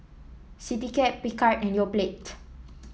Citycab Picard and Yoplait